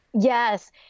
Yes